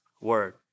word